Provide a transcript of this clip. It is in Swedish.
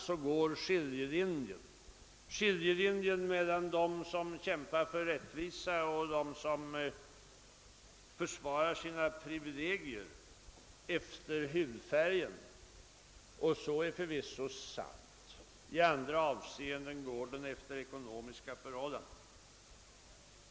Han sade att skiljelinjen mellan dem som kämpar för rättvisa och dem som försvarar sina privilegier i en del fall går vid hudfärgen, och det är förvisso sant. I andra fall är den beroende av ekonomiska förhållanden.